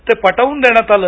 ते पटवून देण्यात आलं